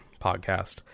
podcast